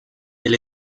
del